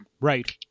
right